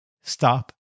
stop